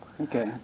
Okay